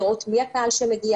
לראות מי הקהל שמגיע,